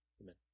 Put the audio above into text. amen